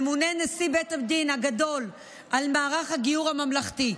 ממונה נשיא בית הדין הגדול על מערך הגיור הממלכתי.